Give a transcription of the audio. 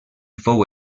fou